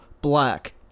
Black